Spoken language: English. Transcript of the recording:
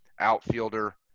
outfielder